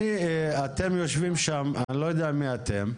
אתם יושבים שם, אני לא יודע מי אתם.